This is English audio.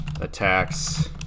attacks